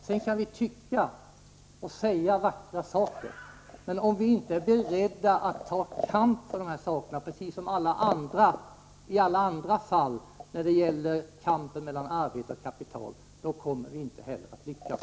Sedan kan vi tycka och säga vackra saker. Men om vi inte är beredda att ta kamp om dessa saker precis som i alla andra fall när det gäller kampen mellan arbete och kapital, kommer vi inte heller att lyckas.